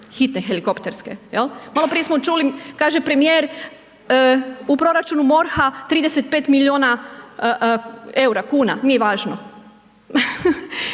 hitne helikopterske. Malo prije smo čuli, kaže premijer, u proračunu MORH-a 35 milijuna eura, kuna, nije važno,